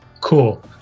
cool